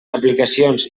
aplicacions